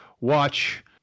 watch